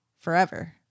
forever